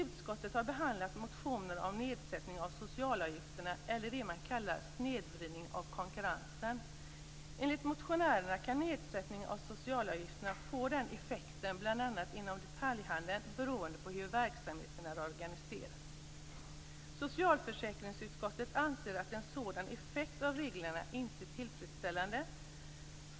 Utskottet har behandlat motioner om nedsättning av socialavgifter, eller det man kallar snedvridning av konkurrensen. Enligt motionärerna kan nedsättning av socialavgifterna få den effekten, bl.a. inom detaljhandeln, beroende på hur verksamheten är organiserad. Socialförsäkringsutskottet anser att en sådan effekt av reglerna inte är tillfredsställande.